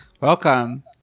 Welcome